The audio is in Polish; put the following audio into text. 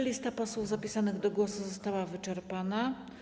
Lista posłów zapianych do głosu została wyczerpana.